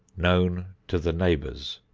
known to the neighbors.